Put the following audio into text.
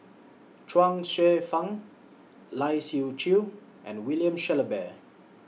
Chuang Hsueh Fang Lai Siu Chiu and William Shellabear